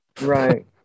right